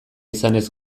izanez